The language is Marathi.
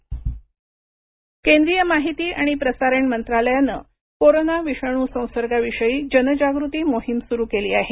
आवाहन केंद्रीय माहिती आणि प्रसारण मंत्रालयाने कोरोना विषाणू संसर्गाविषयी जनजागृती मोहीम सूरु केली आहे